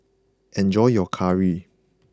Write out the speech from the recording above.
enjoy your Curry